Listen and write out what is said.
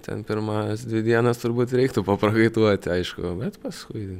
ten pirmas dvi dienas turbūt reiktų paprakaituoti aišku bet paskui